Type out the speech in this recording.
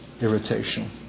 irritation